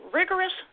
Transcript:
rigorous